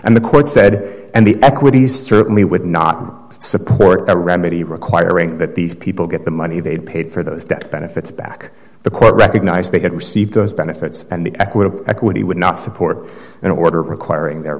and the court said and the equities certainly would not support a remedy requiring that these people get the money they paid for those that benefits back the court recognize they could receive those benefits and the equitable equity would not support an order requiring their